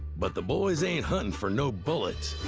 but the boys ain't hunting for no bullets.